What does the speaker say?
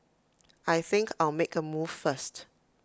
I think I'll make A move first